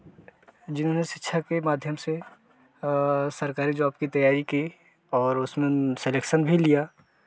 जिन्होंने शिक्षा के माध्यम से सरकारी जॉब की तैयारी की और उसमें सेलेक्सन भी लिया